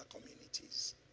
communities